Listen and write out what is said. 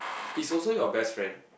is also your best friend